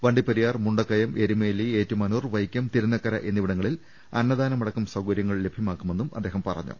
Vandiperiyar Mundakayam Erumeli Ettumanoor Vaikom Thirunakkara എന്നിവിടങ്ങളിൽ അന്നദാ നമടക്കം സൌകര്യങ്ങൾ ലഭ്യമാക്കുമെന്നും അദ്ദേഹം പറഞ്ഞു